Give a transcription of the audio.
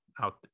out